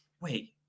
Wait